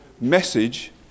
message